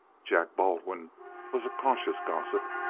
jack baldwin was a cautious gossip.